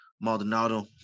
maldonado